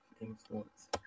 influence